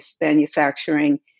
manufacturing